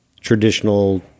traditional